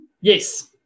Yes